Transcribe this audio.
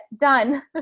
done